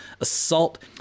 assault